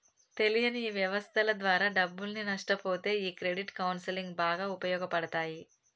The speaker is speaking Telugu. తెలియని వ్యవస్థల ద్వారా డబ్బుల్ని నష్టపొతే ఈ క్రెడిట్ కౌన్సిలింగ్ బాగా ఉపయోగపడతాయి